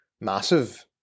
massive